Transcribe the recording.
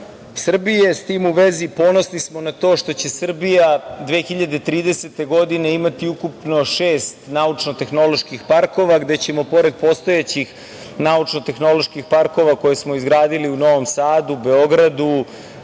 Srbije.S tim u vezi ponosni smo na to što će Srbija 2030. godine imati ukupno šest naučno-tehnoloških parkova, gde ćemo pored postojećih naučno-tehnoloških parkova koje smo izgradili u Novom Sadu, Beogradu,